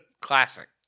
Classic